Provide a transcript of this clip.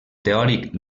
teòric